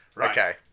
Okay